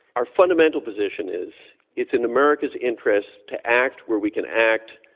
our fundamental position is it's in america's interest to act where we can act,